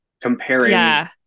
comparing